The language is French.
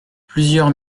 plusieurs